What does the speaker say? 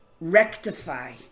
rectify